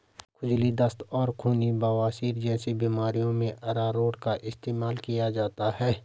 खुजली, दस्त और खूनी बवासीर जैसी बीमारियों में अरारोट का इस्तेमाल किया जाता है